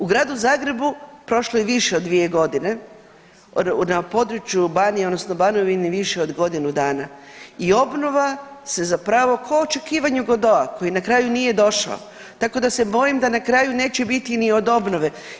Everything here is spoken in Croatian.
U Gradu Zagrebu prošlo je više od dvije godine na području Banije odnosno Banovine više od godine dana i obnova se zapravo ko u očekivanju Godota koji na kraju nije došao, tako da se bojim da na kraju neće biti ni od obnove.